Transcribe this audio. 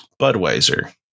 Budweiser